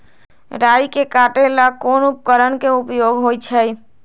राई के काटे ला कोंन उपकरण के उपयोग होइ छई?